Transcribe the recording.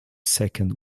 second